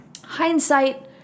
Hindsight